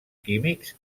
químics